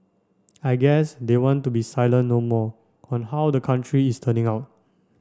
I guess they want to be silent no more on how the country is turning out